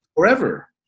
forever